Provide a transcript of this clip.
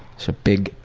so big,